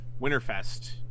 Winterfest